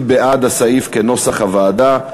מי בעד הסעיף כנוסח הוועדה?